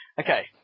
Okay